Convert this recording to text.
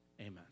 Amen